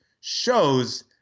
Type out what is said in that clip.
shows